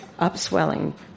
upswelling